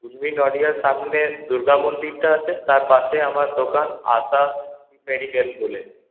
দূরবীন অডিওর সামনে দূর্গা মন্দিরটা আছে তার পাশে আমার দোকান আশা মেডিকেল বলে